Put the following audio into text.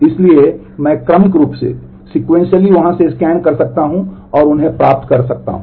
इसलिए मैं क्रमिक रूप से वहां से स्कैन कर सकता हूं और उन्हें प्राप्त कर सकता हूं